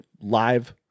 live